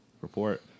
report